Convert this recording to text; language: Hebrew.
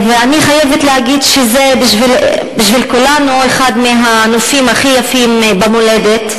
אני חייבת להגיד שזה בשביל כולנו אחד מהנופים הכי יפים במולדת,